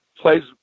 plays